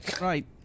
right